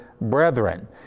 brethren